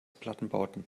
plattenbauten